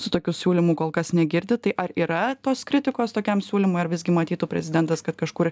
su tokiu siūlymu kol kas negirdi tai ar yra tos kritikos tokiam siūlymui ar visgi matytų prezidentas kad kažkur